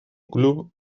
club